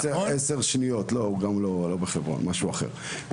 לא בחברון, במשהו אחר.